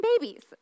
babies